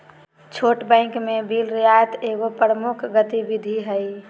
छोट बैंक में बिल रियायत एगो प्रमुख गतिविधि हइ